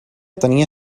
tenia